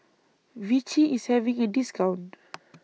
Vichy IS having A discount